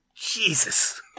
Jesus